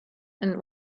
and